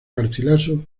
garcilaso